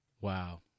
Wow